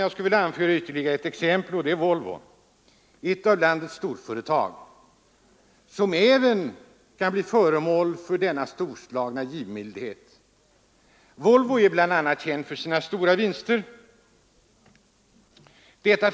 Jag skulle vilja anföra ytterligare exempel, och det är Volvo, ett av landets storföretag, som även kan bli föremål för denna storslagna givmildhet. Volvo är bl.a. känt för sina stora vinster.